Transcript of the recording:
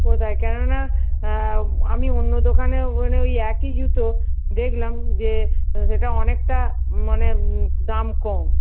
কোথায় কেননা আমি অন্য দোকানেও ওখানে ওই একই জুতো দেখলাম যে যেটা অনেকটা মানে দাম কম